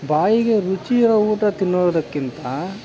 ಬಾಯಿಗೆ ರುಚಿ ಇರೋ ಊಟ ತಿನ್ನೋದಕ್ಕಿಂತ